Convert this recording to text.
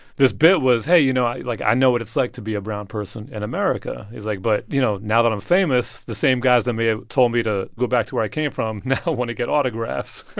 this bit was hey, you know, like, i know what it's like to be a brown person in america. he's, like, but, you know, now that i'm famous, the same guys that may have ah told me to go back to where i came from now want to get autographs